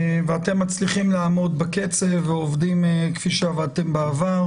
מצליחים לעמוד בקצב ועובדים כפי שעבדתם בעבר?